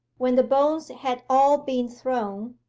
when the bones had all been thrown,